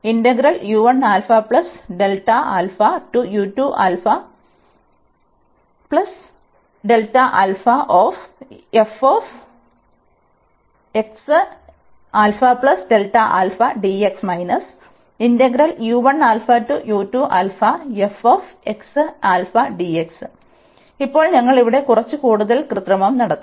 ഇപ്പോൾ ഞങ്ങൾ ഇവിടെ കുറച്ച് കൂടുതൽ കൃത്രിമം നടത്തും